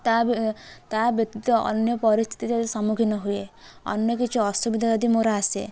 ତା ବେ ତା ବ୍ୟତୀତ ଅନ୍ୟ ପରିସ୍ଥିତିରେ ସମ୍ମୁଖୀନ ହୁଏ ଅନ୍ୟ କିଛି ଅସୁବିଧା ଯଦି ମୋର ଆସେ